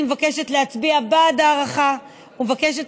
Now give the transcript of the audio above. אני מבקשת להצביע בעד הארכה ומבקשת